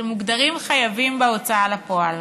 שמוגדרים חייבים בהוצאה לפועל.